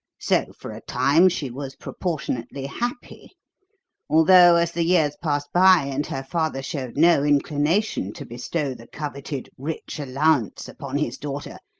so, for a time, she was proportionately happy although, as the years passed by and her father showed no inclination to bestow the coveted rich allowance upon his daughter,